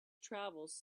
travels